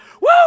Woo